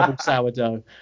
sourdough